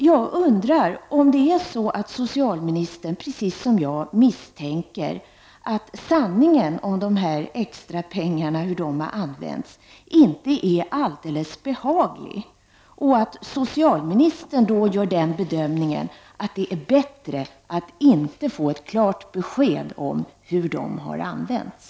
Jag undrar om socialministern, precis som jag, misstänker att sanningen om hur dessa extrapengar har använts inte är alldeles behaglig och att socialministern då gör den bedömningen att det är bättre att inte få ett klart besked om hur pengarna har använts.